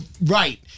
right